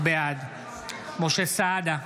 בעד משה סעדה,